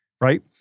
right